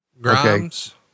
Grimes